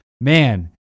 Man